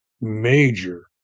major